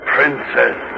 Princess